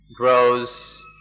grows